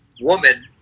woman